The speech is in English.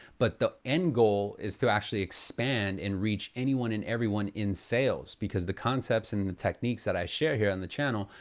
but the end goal is to actually expand and reach anyone and everyone in sales because the concepts and the techniques that i share here on the channel,